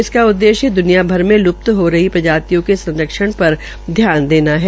इसका उददेश्य दुनिया भर में लूप्त हो रही प्रजातियों के संरक्षण पर ध्यान देना है